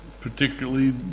particularly